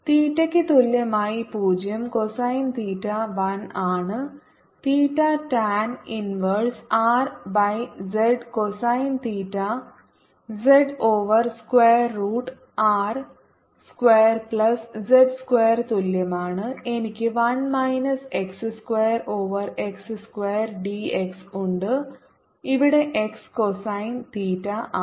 തീറ്റയ്ക്ക് തുല്യമായി 0 കോസൈൻ തീറ്റ 1 ആണ് തീറ്റ tan inverse R by z cosine തീറ്റ z over square root r square plus z square ന് തുല്യമാണ് എനിക്ക് 1 minus x square over x square dx ഉണ്ട് ഇവിടെ x കോസൈൻ തീറ്റ ആണ്